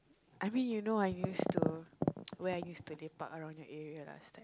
I mean you know I used to where I used to lepak around your area last time